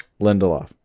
Lindelof